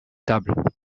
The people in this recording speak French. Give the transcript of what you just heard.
table